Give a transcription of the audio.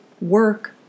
work